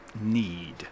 need